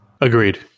Agreed